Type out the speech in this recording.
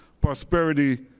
prosperity